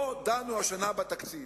לא דנו השנה בתקציב.